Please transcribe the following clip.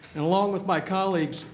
and along with my colleagues,